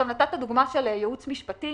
נתת דוגמה של ייעוץ משפטי